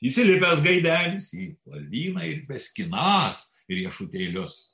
įsilipęs gaidelis į lazdyną ir beskinąs riešutėlius